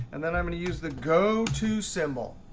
and then i'm going to use the go to symbol.